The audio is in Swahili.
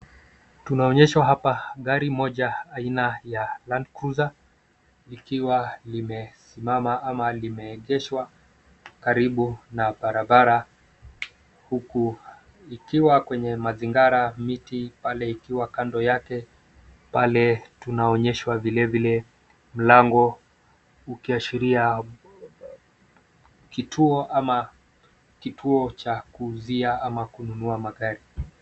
Tunaonyeshwa hapa gari moja aina ya Land cruiser likiwa limesimama ama limeegeshwa karibu na barabara huku likiwa kwenye mazingira , miti pale ikiwa kando yake pale tunaonyeshwa vilevile lango ukiashiria kituo cha kuuzia ama kununua magari.